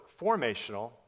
formational